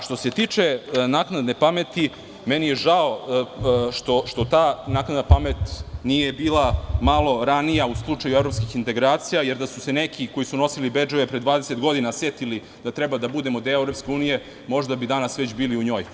Što se tiče naknadne pameti, meni je žao što ta naknadna pamet nije bila malo ranija u slučaju evropskih integracija, jer da su se neki koji su nosili bedževe pre 20 godina setili da treba da budemo deo EU, možda bi danas već bili u njoj.